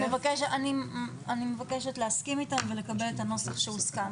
אני מבקשת להסכים איתם ולקבל את הנוסח שהוסכם.